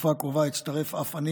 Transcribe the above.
בתקופה הקרובה אצטרף אף אני